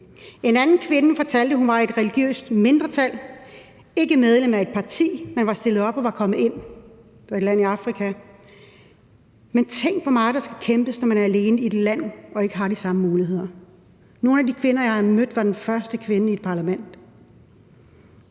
En anden kvinde fortalte, at hun var del af et religiøst mindretal. Hun var ikke medlem af et parti, men var stillet op og var kommet ind. Det var i et land i Afrika. Men tænk, hvor meget der skal kæmpes, når man står alene i et land og ikke har de samme muligheder som os. Nogle af de kvinder, jeg har mødt, har været de første kvinder i et parlament,